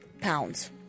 pounds